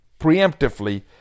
preemptively